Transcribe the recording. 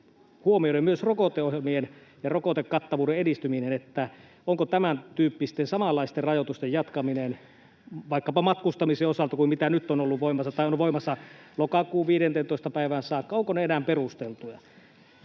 huomioiden myös rokoteohjelmien ja rokotekattavuuden edistyminen — että samanlaisten rajoitusten jatkaminen vaikkapa matkustamisen osalta on vielä perusteltua kuin mitkä nyt ovat voimassa lokakuun 15. päivään saakka. Oikeastaan